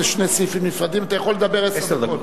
אם זה שני סעיפים נפרדים אתה יכול לדבר עשר דקות.